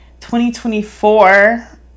2024